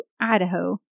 Idaho